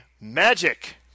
Magic